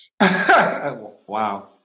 Wow